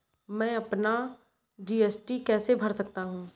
मैं अपना जी.एस.टी कैसे भर सकता हूँ?